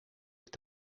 est